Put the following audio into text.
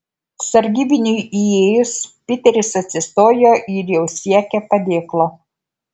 sargybiniui įėjus piteris atsistojo ir jau siekė padėklo